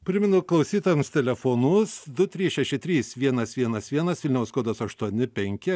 primenu klausytojams telefonus du trys šeši trys vienas vienas vienas vilniaus kodas aštuoni penki